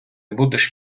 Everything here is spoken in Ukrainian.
будеш